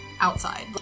Outside